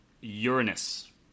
Uranus